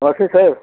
नमस्ते सर